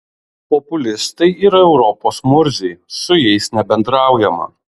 populistai yra europos murziai su jais nebendraujama